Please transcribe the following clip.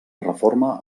reforma